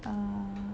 uh